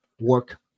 work